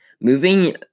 Moving